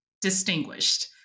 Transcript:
distinguished